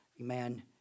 Amen